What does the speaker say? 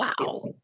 Wow